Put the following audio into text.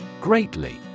GREATLY